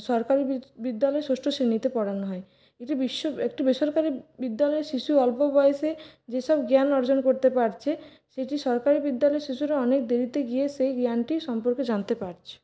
সরকারি বিদ্যালয়ে ষষ্ঠ শ্রেণীতে পড়ানো হয় একটি বিশ্ব একটি বেসরকারি বিদ্যালয়ে শিশু অল্প বয়সে যেসব জ্ঞান অর্জন করতে পারছে সেটি সরকারি বিদ্যালয়ের শিশুরা অনেক দেরিতে গিয়ে সেই জ্ঞানটি সম্পর্কে জানতে পারছে